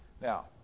Now